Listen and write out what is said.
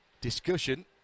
discussion